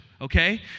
okay